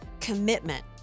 commitment